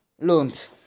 loans